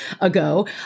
ago